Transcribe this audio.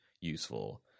useful